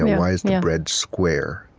why is the bread square,